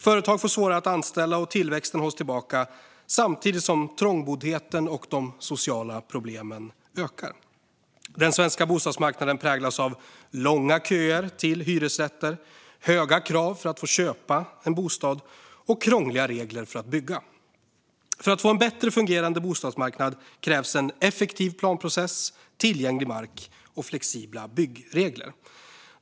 Företag får svårare att anställa, och tillväxten hålls tillbaka samtidigt som trångboddheten och de sociala problemen ökar. Den svenska bostadsmarknaden präglas av långa köer till hyresrätter, höga krav för att få köpa en bostad och krångliga regler för att få bygga. För att få en bättre fungerande bostadsmarknad krävs en effektiv planprocess, tillgänglig mark och flexibla byggregler.